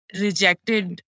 rejected